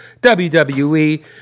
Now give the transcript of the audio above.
wwe